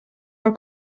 war